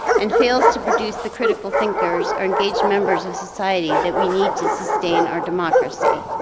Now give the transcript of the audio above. and fails to produce the critical thinkers or engage members of society that we need to sustain our democracy.